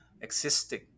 existing